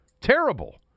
terrible